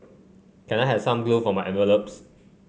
can I have some glue for my envelopes